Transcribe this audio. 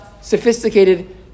sophisticated